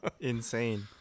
insane